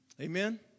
Amen